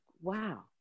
wow